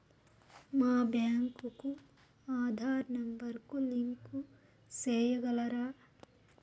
మా బ్యాంకు కు ఆధార్ నెంబర్ కు లింకు సేయగలరా?